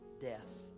death